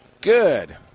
good